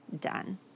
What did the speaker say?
done